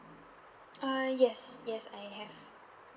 ah yes yes I have